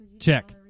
Check